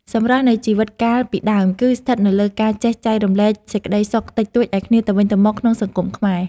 សម្រស់នៃជីវិតកាលពីដើម គឺស្ថិតនៅលើការចេះចែករំលែកសេចក្ដីសុខតិចតួចឱ្យគ្នាទៅវិញទៅមកក្នុងសង្គមខ្មែរ។